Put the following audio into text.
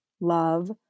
love